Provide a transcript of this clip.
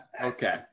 Okay